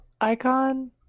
icon